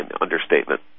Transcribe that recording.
understatement